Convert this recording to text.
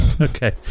Okay